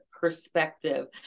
perspective